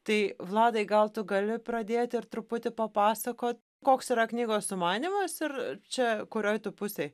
tai vladai gal tu gali pradėti ir truputį papasakot koks yra knygos sumanymas ir čia kurioj tu pusėj